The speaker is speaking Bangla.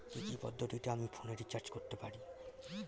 কি কি পদ্ধতিতে আমি ফোনে রিচার্জ করতে পারি?